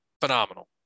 Phenomenal